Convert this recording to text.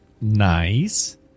Nice